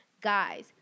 Guys